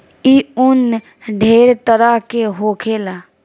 ई उन ढेरे तरह के होखेला